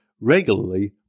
regularly